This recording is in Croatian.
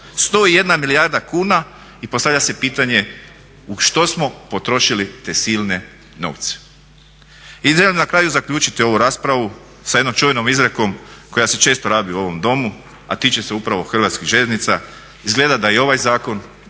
101 milijarda kuna. I postavlja se pitanje u što smo potrošili te silne novce? I da na kraju zaključim ovu raspravu sa jednom čuvenom izrekom koja se često rabi u ovom Domu, a tiče se upravo HŽ-a izgleda da i ovaj zakon